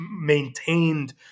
maintained